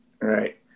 right